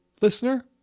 listener